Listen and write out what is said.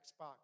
Xbox